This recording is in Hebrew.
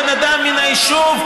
בן אדם מן היישוב,